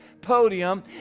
podium